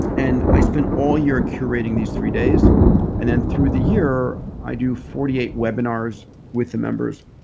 and i spend all year curating these three days and then through the year, i do forty eight webinars with the members.